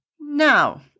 Now